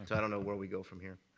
i don't know where we go from here.